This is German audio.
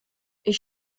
ich